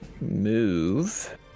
move